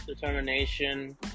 determination